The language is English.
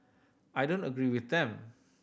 I don't agree with them